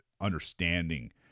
understanding